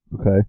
Okay